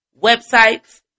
websites